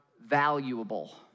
valuable